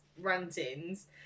rantings